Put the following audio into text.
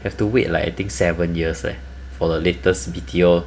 you have to wait like think seven years leh for the latest B_T_O